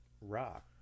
Rock